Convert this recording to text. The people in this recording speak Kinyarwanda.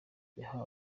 yahawe